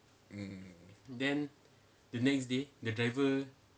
mm